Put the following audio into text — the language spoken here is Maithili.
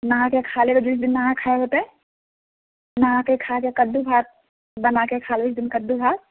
नहाके खाइ लेब जिसदिन नहा खाय होतै नहाके खाइ लेब कद्दू भात बनाके खाइ लेब ओहिदिन कद्दू भात